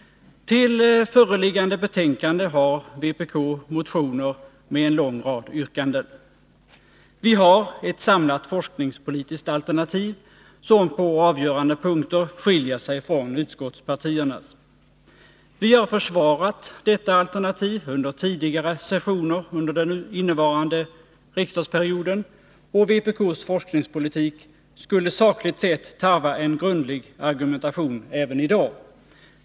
Till föreliggande betänkande från utbildningsutskottet har vpk motioner med en lång rad yrkanden. Vi har ett samlat forskningspolitiskt alternativ, som på avgörande punkter skiljer sig från utskottspartiernas. Vi har försvarat detta alternativ under tidigare sessioner under den innevarande riksdagsperioden, och vpk:s forskningspolitik skulle sakligt sett tarva en grundlig argumentation även i dag.